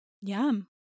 Yum